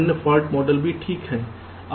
अन्य fault model भी ठीक है